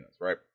right